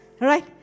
Right